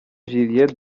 julien